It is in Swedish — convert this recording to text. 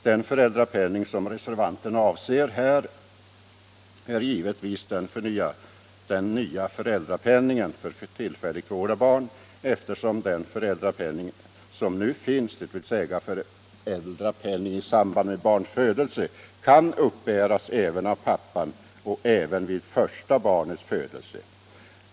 Den föräldrapenning som reservanterna avser här är givetvis den nya föräldrapenningen för tillfällig vård av barn, eftersom den föräldrapenning som nu finns, dvs. föräldrapenning i samband med barns födelse, kan uppbäras också av pappan och även vid första barnets födelse.